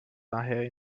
daher